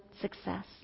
success